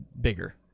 bigger